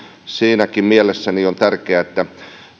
siinäkin mielessä on tärkeää että